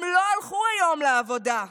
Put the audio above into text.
הם לא הלכו היום לעבודה.